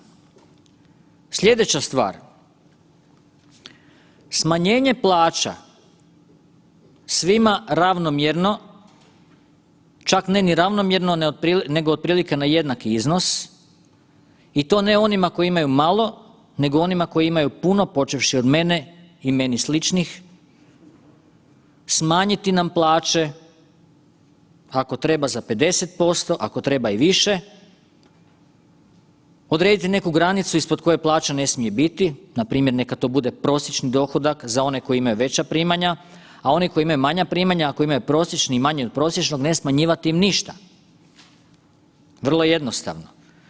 Sljedeća stvar, smanjenje plaća svima ravnomjerno čak ne ni ravnomjerno nego otprilike na jednak iznos i to ne onima koji imaju malo nego onima koji imaju puno, počevši od mene i meni sličnih, smanjiti nam plaće, ako treba za 50% ako treba i za više, odrediti neku granicu ispod koje plaća ne smije biti npr. neka to bude prosječni dohodak za one koji imaju veća primanja, a oni koji imaju manja primanja ako imaju prosječno i manje od prosječnog ne smanjivati im ništa, vrlo jednostavno.